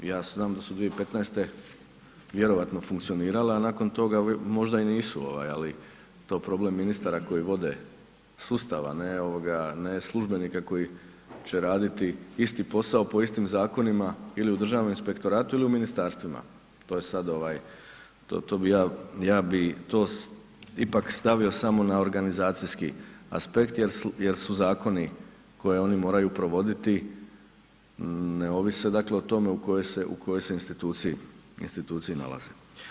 Ja znam da su 2015. vjerovatno funkcionirale a nakon toga možda i nisu ali to je problem ministara koji vode sustava a ne službenika koji će raditi isti posao po istim zakonima ili u Državnom inspektoratu ili u ministarstvima, ja bi to ipak stavio samo na organizacijski aspekt jer su zakoni koje oni moraju provoditi ne ovise dakle o tome u kojoj se instituciji nalaze.